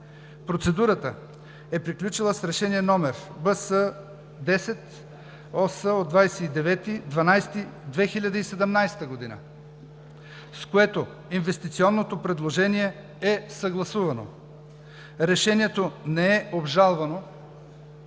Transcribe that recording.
Процедурата е приключила с Решение № БС-10-ОС от 29 декември 2017 г., с което инвестиционното предложение е съгласувано. Решението не е обжалвано